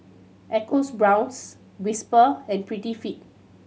Whisper and Prettyfit